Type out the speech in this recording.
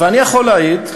אני יכול להעיר,